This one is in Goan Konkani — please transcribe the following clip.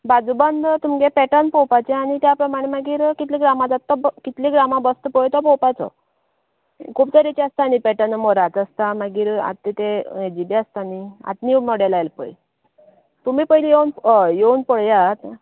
बाजूबंद तुमगें पॅटर्न पळोवपाचें आनी त्या प्रमाणें मागीर कितले ग्रामा जाता तो कितले ग्रामा बसता पळय तो पळोवपाचो खूब तरेचे आसता न्ही पॅटर्न मोराचो आसता मागीर आत ते हेजी बी आसता न्ही आता नीव माॅडेल आयला पळय तुमी पयली योवन होय योवन पळयात